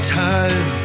time